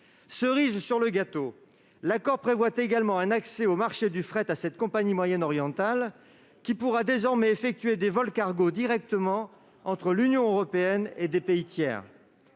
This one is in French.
Cerise sur le gâteau, l'accord prévoit également un accès au marché du fret pour cette compagnie moyen-orientale, qui pourra désormais effectuer des vols cargo directement entre l'Union européenne et des pays tiers.